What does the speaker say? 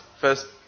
first